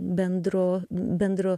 bendro bendro